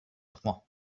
trois